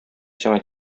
сиңа